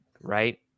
right